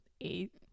eight